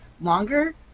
longer